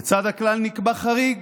לצד הכלל נקבע חריג,